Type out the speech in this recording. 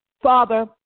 Father